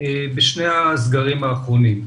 בשני הסגרים האחרונים.